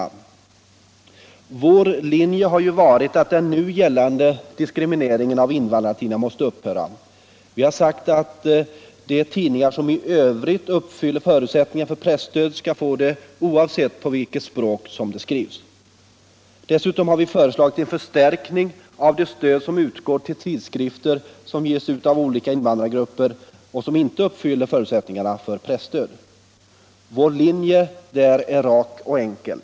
Vår linje har varit att den nu gällande diskrimineringen av invandrartidningar måste upphöra. Vi har sagt att de tidningar som i övrigt uppfyller förutsättningarna för presstöd skall få det oavsett på vilket språk som tidningarna skrivs. Dessutom har vi föreslagit en förstärkning av det stöd som utgår till tidskrifter som ges ut av olika invandrargrupper och som inte uppfyller förutsättningarna för presstöd. Vår linje är rak och enkel.